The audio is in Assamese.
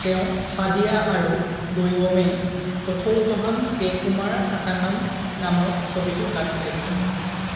তেওঁ হাদিয়া আৰু দৈৱমে কথৌজহাম কে কুমাৰ আকানম নামৰ ছবিতো গান গাইছিল